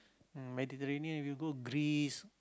mm Mediterranean if you go Greece